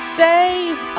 save